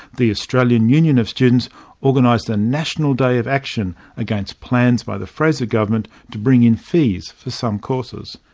the australian union of students organised a national day of action against plans by the fraser government to bring in fees for some courses.